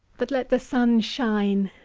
but let the sun shine!